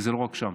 כי זה לא רק שם.